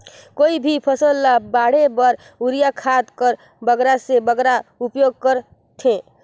कोई भी फसल ल बाढ़े बर युरिया खाद कर बगरा से बगरा उपयोग कर थें?